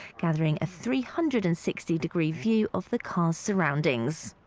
gathering a three hundred and sixty degree view of the car's surroundings.